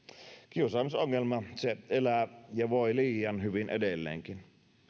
kiusaamisongelma elää ja voi liian hyvin edelleenkin